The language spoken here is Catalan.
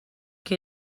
què